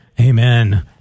Amen